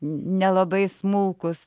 nelabai smulkus